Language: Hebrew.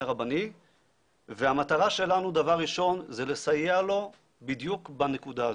הרבני והמטרה שלנו דבר ראשון זה לסייע לו בדיוק בנקודה הזאת,